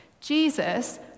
Jesus